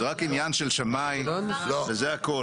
רק עניין של שמאי, זה הכל.